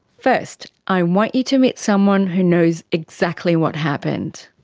first i want you to meet someone who knows exactly what happened.